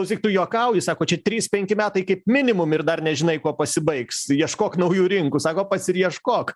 klausyk tu juokauji sako čia trys penki metai kaip minimum ir dar nežinai kuo pasibaigs ieškok naujų rinkų sako pats ir ieškok